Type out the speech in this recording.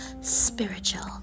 spiritual